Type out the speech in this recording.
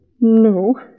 No